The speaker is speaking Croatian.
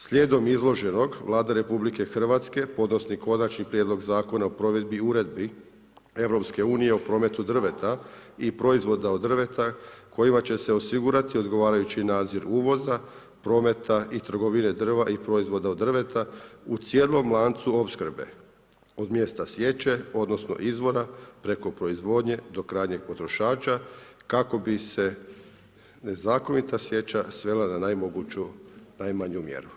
Slijedom izloženog Vlada RH podnosi Konačni prijedlog zakona o provedbi Uredbi EU o prometu drveta i proizvoda od drveta kojima će se osigurati odgovarajući nadzor uvoza, prometa i trgovine drva i proizvoda od drveta u cijelom lancu opskrbe od mjesta sječe, odnosno izvora preko proizvodnje do krajnjeg potrošača kako bi se nezakonita sječa svela na najmanju moguću mjeru.